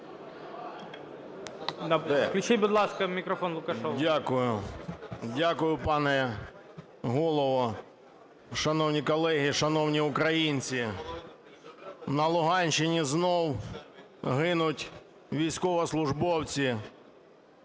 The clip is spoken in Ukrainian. Дякую. Дякую, пане Голово. Шановні колеги, шановні українці! На Луганщині знову гинуть військовослужбовці.